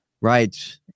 right